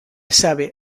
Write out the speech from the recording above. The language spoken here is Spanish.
sabe